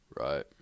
Right